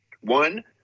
One